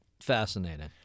fascinating